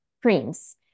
creams